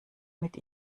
mit